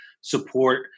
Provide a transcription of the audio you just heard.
support